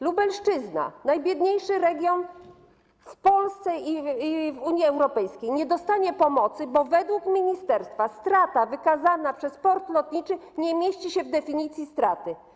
Lubelszczyzna, najbiedniejszy region w Polsce i w Unii Europejskiej, nie otrzyma pomocy, bo według ministerstwa strata wykazana przez port lotniczy nie mieści się w definicji straty.